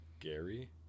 Gary